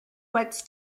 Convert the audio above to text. what’s